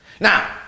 Now